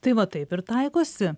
tai va taip ir taikosi